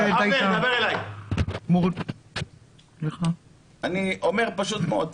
אני אומר פשוט מאוד.